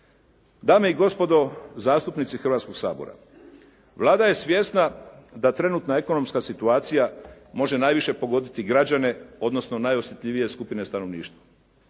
Dame i gospodo zastupnici Hrvatskog sabora, Vlada je svjesna da trenutna ekonomska situacija može najviše pogoditi građane odnosno najosjetljivije skupine stanovništva.